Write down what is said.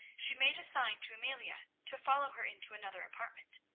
she made a sign to amelia to follow her into another apartment.